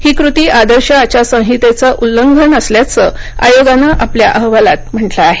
ही कृती आदर्श आचारसंहितेचं उल्लंघन असल्याचं आयोगानं आपल्या अहवालात म्हटलं आहे